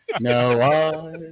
no